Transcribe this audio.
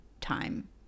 time